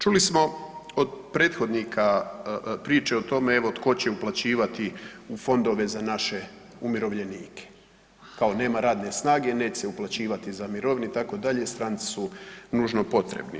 Čuli smo od prethodnika priče o tome evo tko će uplaćivati u fondove za naše umirovljenike, kao nema radne snage, neće se uplaćivati za mirovine itd., stranci su nužno potrebni.